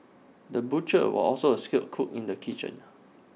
the butcher was also A skilled cook in the kitchen